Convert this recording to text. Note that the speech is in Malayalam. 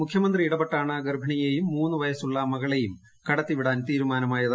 മുഖ്യമന്ത്രി ഇടപെട്ടാണ് ഗർഭിണിയെയും മൂന്ന് വയസുള്ള മകളെയും കടത്തിവിടാൻ തീരുമാനമായത്